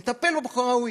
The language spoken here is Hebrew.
נטפל בו כראוי.